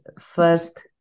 First